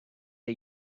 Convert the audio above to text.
are